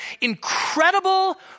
incredible